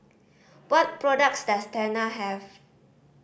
what products does Tena have